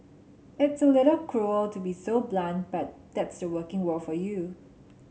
it's a little cruel to be so blunt but that's the working world for you